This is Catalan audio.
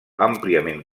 àmpliament